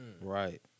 right